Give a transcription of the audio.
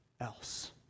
else